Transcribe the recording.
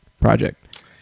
project